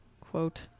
quote